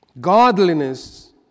Godliness